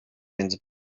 między